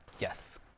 Yes